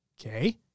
Okay